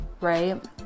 right